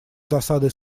досадой